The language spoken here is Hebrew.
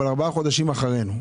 אבל ארבעה חודשים אחרינו,